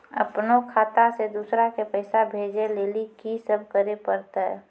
अपनो खाता से दूसरा के पैसा भेजै लेली की सब करे परतै?